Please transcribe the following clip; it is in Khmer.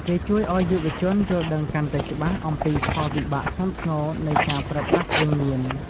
វាជួយឱ្យយុវជនយល់ដឹងកាន់តែច្បាស់ អំពីផលវិបាកធ្ងន់ធ្ងរនៃការប្រើប្រាស់គ្រឿងញៀន។